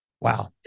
Wow